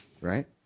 right